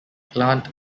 plant